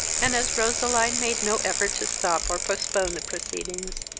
and, as roseline made no effort to stop or postpone the proceedings,